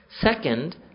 Second